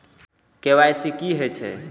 KYC की हे छे?